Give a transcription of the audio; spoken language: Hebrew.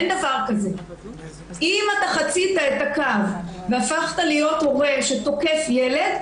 אם חצית את הקו והפכת להיות הורה שתוקף ילד,